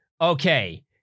okay